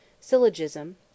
syllogism